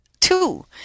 two